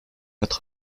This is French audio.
quatre